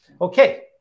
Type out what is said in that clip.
Okay